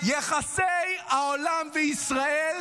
יחסי העולם וישראל